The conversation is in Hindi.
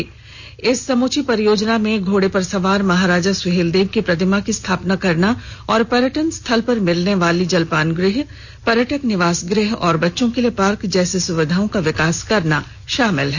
इस इस समूची परियोजना में घोड़े पर सवार महाराजा सुर्हेलदेव की प्रतिमा की स्थापना करना और पर्यटन स्थल पर मिलने वाली जलपान गृह पर्यटक निवास गृह और बच्चों के लिए पार्क जैसी सुविधाओं का विकास करना शामिल है